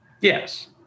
Yes